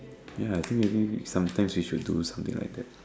ya I think maybe sometimes we should do something like that